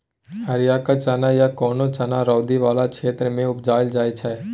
हरियरका चना या कोनो चना रौदी बला क्षेत्र मे उपजाएल जाइ छै